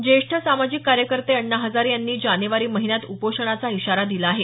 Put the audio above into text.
ज्येष्ठ सामाजिक कार्यकर्ते अण्णा हजारे यांनी जानेवारी महिन्यात उपोषणाचा इशारा दिला आहे